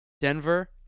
Denver